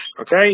okay